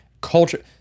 culture